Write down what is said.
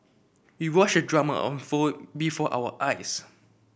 we watched the drama unfold before our eyes